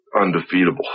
undefeatable